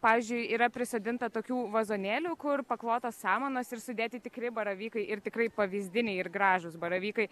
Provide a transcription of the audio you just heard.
pavyzdžiui yra prisodinta tokių vazonėlių kur paklotos samanos ir sudėti tikri baravykai ir tikrai pavyzdiniai ir gražūs baravykai